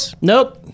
nope